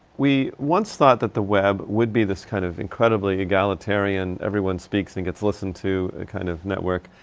we once thought that the web would be this kind of incredibly egalitarian, everyone speaks and gets listened to, a kind of network.